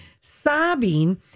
sobbing